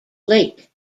late